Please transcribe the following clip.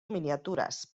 miniaturas